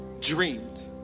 dreamed